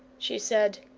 she said,